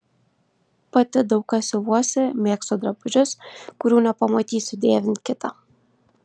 pati daug ką siuvuosi mėgstu drabužius kurių nepamatysiu dėvint kitą